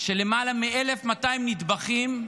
של למעלה מ-1,200 נטבחים,